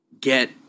get